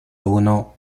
uno